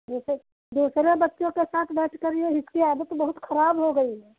दुसे दूसरे बच्चों के साथ बैठ कर ये हिसकी आदत बहुत खराब हो गई है